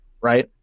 right